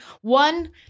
One